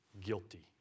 guilty